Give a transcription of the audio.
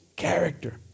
character